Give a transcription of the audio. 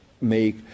make –